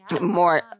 more